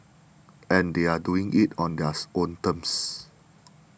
and they are doing it on theirs own terms